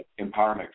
Empowerment